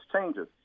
changes